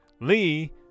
Lee